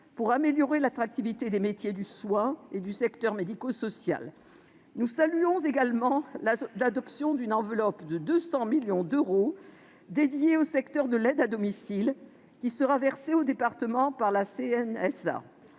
pour améliorer l'attractivité des métiers du soin et du secteur médico-social. Nous saluons également l'adoption d'une enveloppe de 200 millions d'euros dédiée au secteur de l'aide à domicile, qui sera versée aux départements par la Caisse